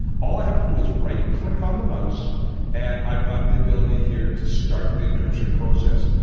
all i have to do is right-click on the mouse and i've got the ability here to start the encryption process.